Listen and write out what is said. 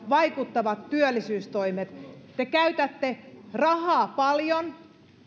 vaikuttavat työllisyystoimet te käytätte rahaa paljon